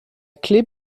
clef